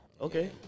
Okay